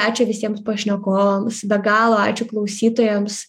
ačiū visiems pašnekovams be galo ačiū klausytojams